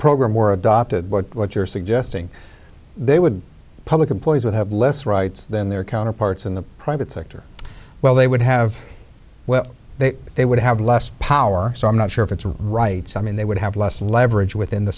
program were adopted what you're suggesting they would public employees would have less rights than their counterparts in the private sector well they would have well they they would have less power so i'm not sure if it's right so i mean they would have less leverage within the